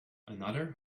another